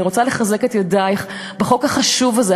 אני רוצה לחזק את ידייך בחוק החשוב הזה,